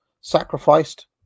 sacrificed